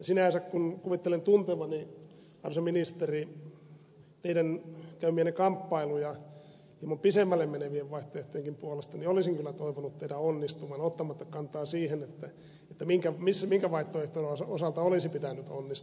sinänsä kun kuvittelen tuntevani arvoisa ministeri teidän käymiänne kamppailuja hieman pidemmälle menevien vaihtoehtojenkin puolesta olisin kyllä toivonut teidän onnistuvan ottamatta kantaa siihen minkä vaihtoehdon osalta olisi pitänyt onnistua